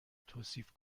توصیف